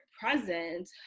present